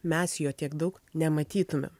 mes jo tiek daug nematytumėm